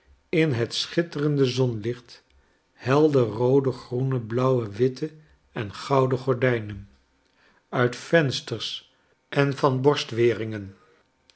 in het schitterende zonlicht helder roode groene blauwe witte en gouden gordtjnen uit vensters en van